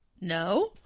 no